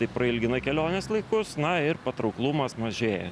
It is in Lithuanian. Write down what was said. tai prailgina kelionės laikus na ir patrauklumas mažėja